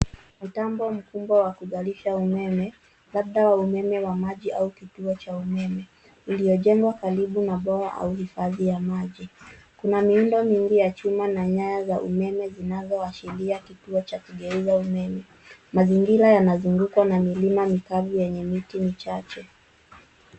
Mtambo mkubwa wa kuzalisha umeme labda umeme wa maji au kituo cha umeme uliojengwa karibu na bwawa au hifadhi ya maji. Kuna miundo mingi ya chuma na nyaya za umeme zinazoachilia kituo cha kugeuza umeme. Mazingira yanazugukwa na milima mikavu yenye miti michache.